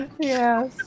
Yes